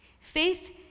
Faith